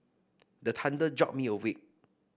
the thunder jolt me awake